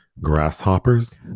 grasshoppers